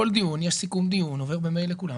בכל דיון יש סיכום דיון, שעובר במייל לכולם.